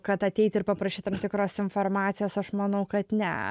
kad ateit ir paprašyt tam tikros informacijos aš manau kad ne